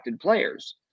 players